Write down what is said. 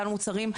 ועל המוצרים,